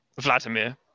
Vladimir